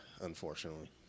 unfortunately